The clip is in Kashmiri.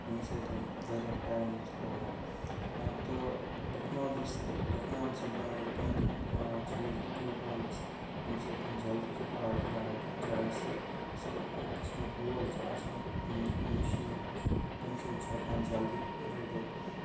ییٚمہِ سۭتۍ واریاہ ٹایم اوس لَگان تہٕ ٹٮ۪کنالجی سۭتۍ ٹٮ۪کنالجی بَنٲے تِم تِم چیٖز اِکیوٗپمٮ۪نٛٹٕس ییٚمہِ سۭتۍ جلدی چھِ گاڈ ہٮ۪کان رٔٹِتھ چاہے سُہ سُہ اَکہِ قٕسمُک وول چھِ آسان مشیٖن ہِش تَمہِ سۭتۍ چھِ ہٮ۪کان جلدی رٔٹِتھ